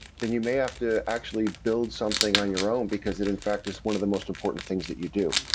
then you may have to actually build something on your own, because that in fact is one of the most important things that you do.